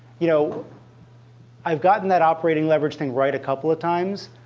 you know i've gotten that operating leverage thing right a couple of times.